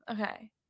Okay